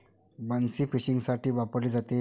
बन्सी फिशिंगसाठी वापरली जाते